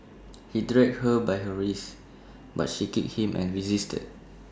he dragged her by her wrists but she kicked him and resisted